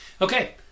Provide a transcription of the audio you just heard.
Okay